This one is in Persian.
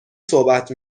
صحبت